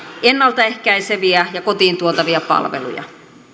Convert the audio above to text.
ennalta ehkäiseviä ja kotiin tuotavia palveluja